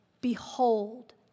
behold